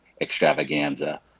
extravaganza